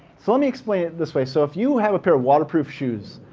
so let me explain it this way. so if you have a pair of waterproof shoes,